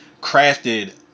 crafted